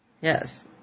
Yes